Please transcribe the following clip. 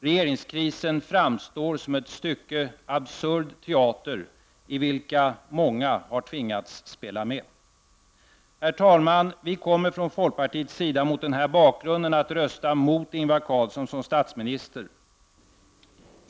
Regeringskrisen framstår som ett stycke absurd teater i vilken många har tvingats spela med. Herr talman! Vi kommer från folkpartiets sida mot den här bakgrunden att rösta mot Ingvar Carlsson som statsminister.